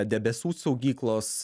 debesų saugyklos